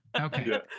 Okay